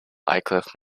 aycliffe